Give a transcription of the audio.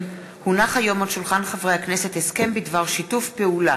מאת חברי הכנסת משה גפני, אורי מקלב ויעקב אשר,